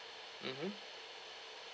mmhmm